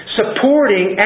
supporting